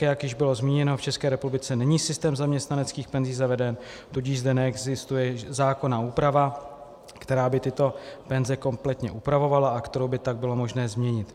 Jak již bylo zmíněno, v České republice není systém zaměstnaneckých penzí zaveden, tudíž zde neexistuje zákonná úprava, která by tyto penze kompletně upravovala a kterou by tak bylo možné změnit.